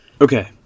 Okay